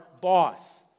boss